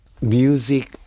music